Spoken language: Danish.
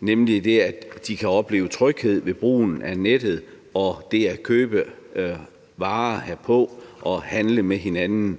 nemlig at man kan opleve tryghed ved brugen af nettet og ved at købe varer herpå og handle med hinanden.